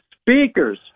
speakers